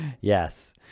yes